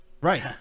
Right